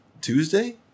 Tuesday